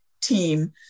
team